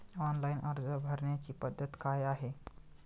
Online अर्ज भरण्याची पद्धत काय आहे?